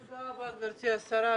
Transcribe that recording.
תודה רבה גברתי השרה,